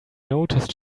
noticed